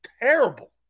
terrible